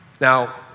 Now